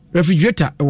Refrigerator